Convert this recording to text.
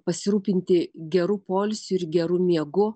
pasirūpinti geru poilsiu ir geru miegu